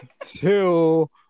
two